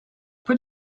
put